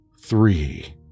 three